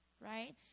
right